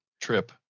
trip